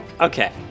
Okay